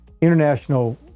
international